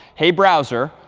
hey, browser,